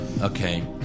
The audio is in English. Okay